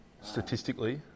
statistically